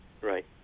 right